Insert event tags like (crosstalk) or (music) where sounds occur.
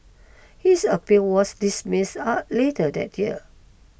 his appeal was dismissed (unintelligible) later that year